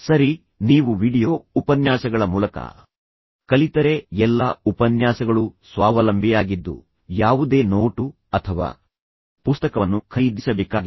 ಸರಿ ನೀವು ವೀಡಿಯೊ ಉಪನ್ಯಾಸಗಳ ಮೂಲಕ ಕಲಿತರೆ ಎಲ್ಲಾ ಉಪನ್ಯಾಸಗಳು ಸ್ವಾವಲಂಬಿಯಾಗಿದ್ದು ಇದನ್ನು ಓದಲು ನೀವು ಯಾವುದೇ ನೋಟುಗಳನ್ನು ಅಥವಾ ಯಾವುದೇ ಪುಸ್ತಕವನ್ನು ಖರೀದಿಸಬೇಕಾಗಿಲ್ಲ